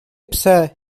псе